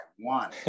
one